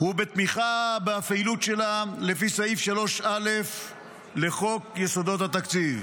הוא בתמיכה בפעילות שלה לפי סעיף 3א לחוק יסודות התקציב.